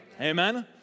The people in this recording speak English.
Amen